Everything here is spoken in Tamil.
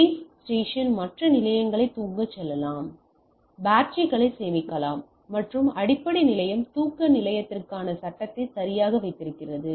பேஸ் ஸ்டேஷன் மற்ற நிலையங்களை தூங்கச் சொல்லலாம் பேட்டரிகளைச் சேமிக்கலாம் மற்றும் அடிப்படை நிலையம் தூக்க நிலையத்திற்கான சட்டகத்தை சரியாக வைத்திருக்கிறது